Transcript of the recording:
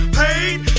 paid